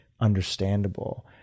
understandable